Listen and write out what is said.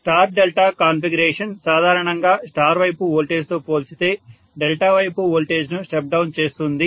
star delta configuration సాధారణంగా star వైపు voltage తో పోల్చితే డెల్టా వైపు వోల్టేజ్ ను స్టెప్ డౌన్ చేస్తుంది